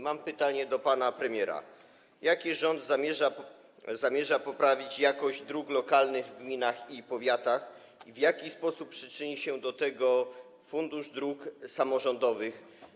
Mam pytanie do pana premiera: Jak rząd zamierza poprawić jakość dróg lokalnych w gminach i powiatach i w jaki sposób przyczyni się do tego Fundusz Dróg Samorządowych?